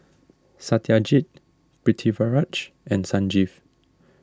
Satyajit Pritiviraj and Sanjeev